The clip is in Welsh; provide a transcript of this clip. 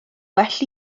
well